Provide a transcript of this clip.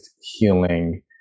healing